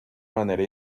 manera